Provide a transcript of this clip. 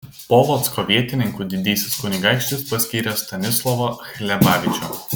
polocko vietininku didysis kunigaikštis paskyrė stanislovą hlebavičių